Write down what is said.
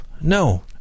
no